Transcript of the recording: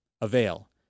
Avail